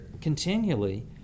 continually